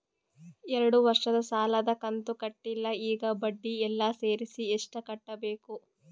ಎರಡು ವರ್ಷದ ಸಾಲದ ಕಂತು ಕಟ್ಟಿಲ ಈಗ ಬಡ್ಡಿ ಎಲ್ಲಾ ಸೇರಿಸಿ ಎಷ್ಟ ಕಟ್ಟಬೇಕು?